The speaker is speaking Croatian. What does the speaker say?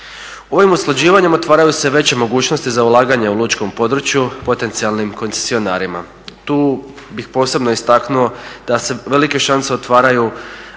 Ovim usklađivanjem otvaraju se veće mogućnosti za ulaganje u lučkom području potencijalnim koncesionarima. Tu bih posebno istaknuo da se velike šanse otvaraju